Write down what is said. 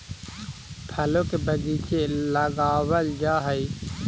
फलों के बगीचे लगावल जा हई